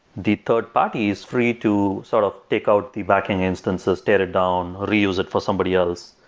the third party is free to sort of take out the backend instances, tear it down, reuse it for somebody else.